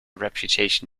reputation